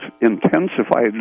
intensified